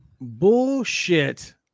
bullshit